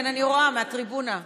כן, אני רואה, מהטריבונה.